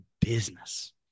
Business